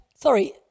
sorry